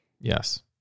Yes